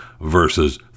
versus